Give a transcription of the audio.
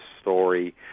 story